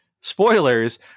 spoilers